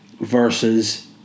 versus